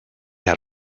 had